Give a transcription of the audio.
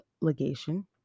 legation